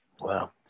wow